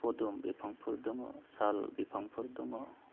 फदुम बिफांफोर दङ साल बिफांफोर दङ